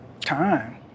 Time